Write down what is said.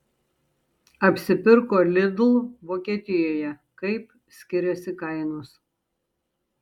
apsipirko lidl vokietijoje kaip skiriasi kainos